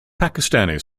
pakistani